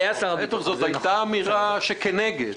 זאת הייתה אמירה שכנגד.